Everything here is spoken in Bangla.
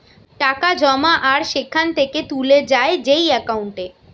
টাকা জমা আর সেখান থেকে তুলে যায় যেই একাউন্টে